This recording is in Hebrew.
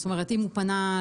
אם הוא פנה,